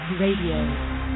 Radio